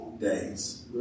days